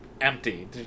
empty